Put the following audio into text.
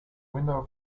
window